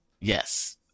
Yes